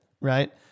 right